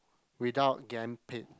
without gettin' paid